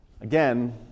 Again